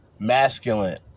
Masculine